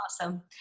Awesome